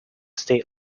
state